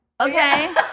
Okay